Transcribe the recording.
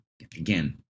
again